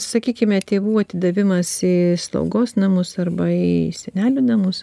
sakykime tėvų atidavimas į slaugos namus arba į senelių namus